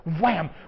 wham